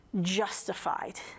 justified